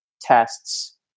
tests